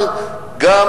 אבל גם